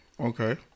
Okay